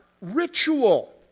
ritual